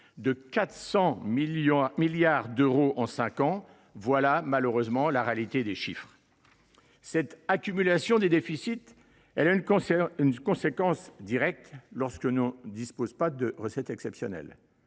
de 400 milliards d’euros en cinq ans. Telle est la triste réalité des chiffres. Cette accumulation de déficits a une conséquence simple et directe lorsqu’on ne dispose pas de recettes exceptionnelles